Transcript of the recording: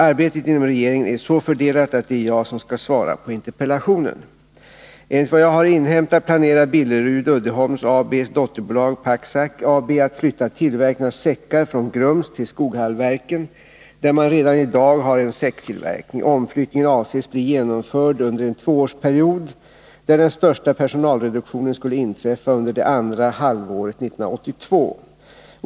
Arbetet inom regeringen är så fördelat att det är jag som skall svara på interpellationen. Enligt vad jag har inhämtat planerar Billerud-Uddeholm AB:s dotterbolag Pacsac AB att flytta tillverkningen av säckar från Grums till Skoghallsverken, där man redan i dag har en säcktillverkning. Omflyttningen avses bli genomförd under en tvåårsperiod, där den största personalreduktionen skulle inträffa under det andra halvåret 1982.